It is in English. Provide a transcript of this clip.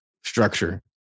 structure